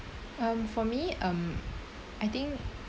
um for me um I think